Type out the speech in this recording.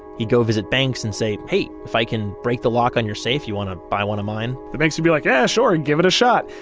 he'd go visit banks and say, hey, if i can break the lock on your safe, you want to buy one of mine? the banks would be like, yeah, sure, give it a shot.